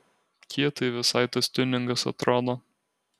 kietai visai tas tiuningas atrodo